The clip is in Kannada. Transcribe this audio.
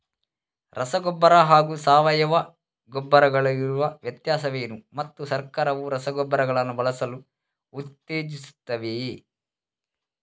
ರಸಗೊಬ್ಬರ ಹಾಗೂ ಸಾವಯವ ಗೊಬ್ಬರ ಗಳಿಗಿರುವ ವ್ಯತ್ಯಾಸವೇನು ಮತ್ತು ಸರ್ಕಾರವು ರಸಗೊಬ್ಬರಗಳನ್ನು ಬಳಸಲು ಉತ್ತೇಜಿಸುತ್ತೆವೆಯೇ?